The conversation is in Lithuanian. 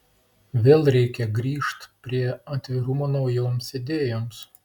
vėl reikia grįžt prie atvirumo naujoms idėjoms